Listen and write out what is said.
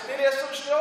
אז תני לי עשר שניות.